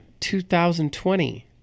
2020